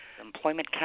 employment